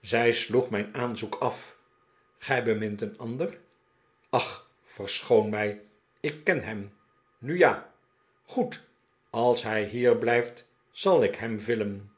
zij sloeg mijn aanzoek af gij bemint een ander ach verschoon mij ik ken hem nu ja goed als hij hier blijft zal ik hem villen